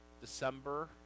December